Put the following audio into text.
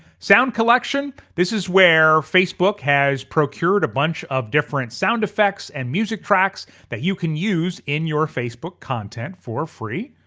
sound collection, this is where facebook has procured a bunch of different sound effects and music tracks that you can use in your facebook content for free.